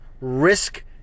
risk